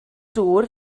dŵr